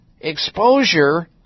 exposure